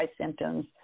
symptoms